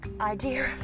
idea